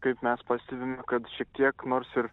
kaip mes pastebime kad šiek tiek nors ir